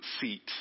seat